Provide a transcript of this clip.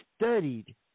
studied